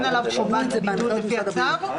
אין עליו חובת בידוד לפי הצו.